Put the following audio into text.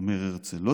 אומר הרצל, "לא